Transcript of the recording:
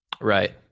Right